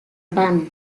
ban